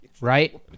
right